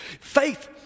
Faith